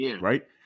right